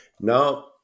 Now